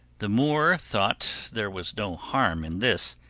the moor thought there was no harm in this.